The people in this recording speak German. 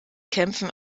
kämpfen